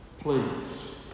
please